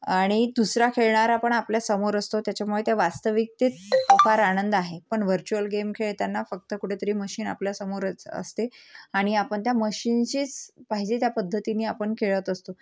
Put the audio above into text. आणि दुसरा खेळणारा पण आपल्यासमोर असतो त्याच्यामुळे त्या वास्तविकतेत फार आनंद आहे पण व्हर्चुअल गेम खेळताना फक्त कुठंतरी मशीन आपल्यासमोरच असते आणि आपण त्या मशीनशीच पाहिजे त्या पद्धतीने आपण खेळत असतो